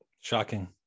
shocking